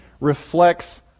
reflects